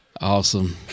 Awesome